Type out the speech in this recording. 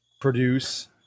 produce